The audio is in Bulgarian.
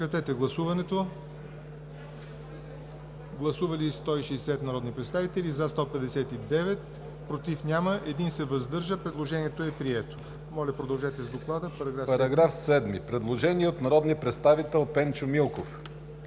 По § 7 има предложение от народния представител Пенчо Милков.